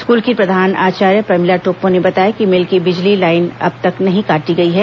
school की प्रधान आचार्य प्रमिला टोप्पो ने बताया कि मिल की बिजली लाईन अब तक नहीं काटी गई है